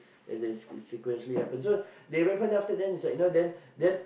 as in sequentially happens so they rape her then after that then you know then